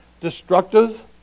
Destructive